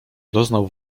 doznał